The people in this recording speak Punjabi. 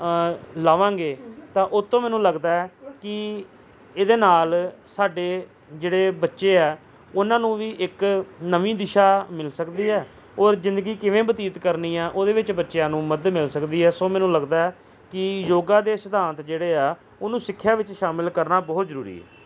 ਲਾਵਾਂਗੇ ਤਾਂ ਉਹ ਤੋਂ ਮੈਨੂੰ ਲੱਗਦਾ ਕਿ ਇਹਦੇ ਨਾਲ ਸਾਡੇ ਜਿਹੜੇ ਬੱਚੇ ਆ ਉਹਨਾਂ ਨੂੰ ਵੀ ਇੱਕ ਨਵੀਂ ਦਿਸ਼ਾ ਮਿਲ ਸਕਦੀ ਹੈ ਔਰ ਜ਼ਿੰਦਗੀ ਕਿਵੇਂ ਬਤੀਤ ਕਰਨੀ ਆ ਉਹਦੇ ਵਿੱਚ ਬੱਚਿਆਂ ਨੂੰ ਮਦਦ ਮਿਲ ਸਕਦੀ ਹੈ ਸੋ ਮੈਨੂੰ ਲੱਗਦਾ ਕੀ ਯੋਗਾ ਦੇ ਸਿਧਾਂਤ ਜਿਹੜੇ ਆ ਉਹਨੂੰ ਸਿੱਖਿਆ ਵਿੱਚ ਸ਼ਾਮਿਲ ਕਰਨਾ ਬਹੁਤ ਜ਼ਰੂਰੀ ਹੈ